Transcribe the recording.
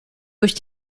durch